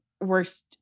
worst